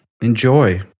enjoy